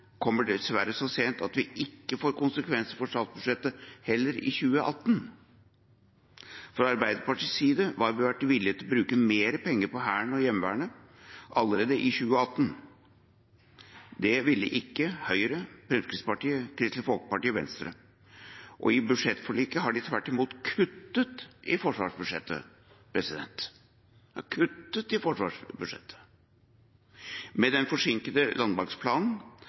kommer dessverre så sent at det heller ikke får konsekvenser for statsbudsjettet i 2018. Fra Arbeiderpartiets side var vi villig til å bruke mer penger på Hæren og Heimevernet allerede i 2018. Det ville ikke Høyre, Fremskrittspartiet, Kristelig Folkeparti og Venstre. I budsjettforliket har de tvert imot kuttet i forsvarsbudsjettet – de har kuttet i forsvarsbudsjettet! Med den forsinkede